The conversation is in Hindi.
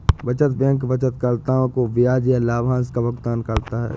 बचत बैंक बचतकर्ताओं को ब्याज या लाभांश का भुगतान करता है